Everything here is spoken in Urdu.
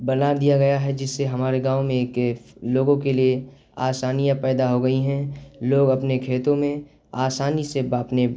بنا دیا گیا ہے جس سے ہمارے گاؤں میں لوگوں کے لیے آسانیاں پیدا ہو گئی ہیں لوگ اپنے کھیتوں میں آسانی سے اپنے